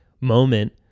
moment